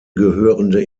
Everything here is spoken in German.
gehörende